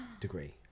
degree